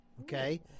okay